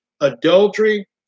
adultery